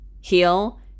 heal